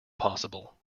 possible